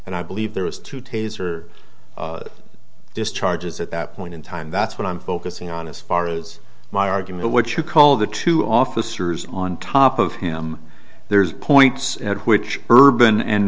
and i believe there was two taser discharges at that point in time that's what i'm focusing on as far as my argument what you call the two officers on top of him there's points at which urban and